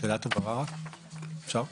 שאלת הבהרה אם אפשר.